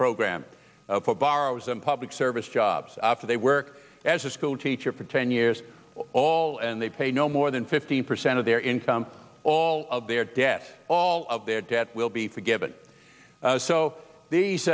program for borrowers and public service jobs after they work as a schoolteacher for ten years all and they pay no more than fifteen percent of their income all of their debt all of their debt will be forgiven so these